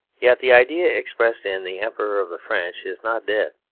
yet the idea expressed in the emperor of the french is not dead,